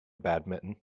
badminton